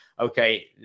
okay